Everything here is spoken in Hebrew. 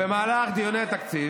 במהלך דיוני התקציב,